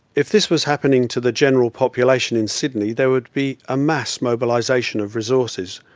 if this was happening to the general population in sydney there would be a mass mobilisation of resources.